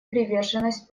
приверженность